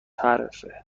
حرفه